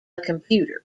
computer